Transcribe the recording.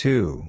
Two